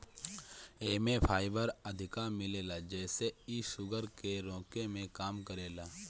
एमे फाइबर अधिका मिलेला जेसे इ शुगर के रोके में काम करेला